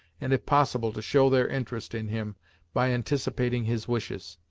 and if possible to show their interest in him by anticipating his wishes.